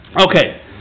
Okay